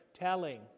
telling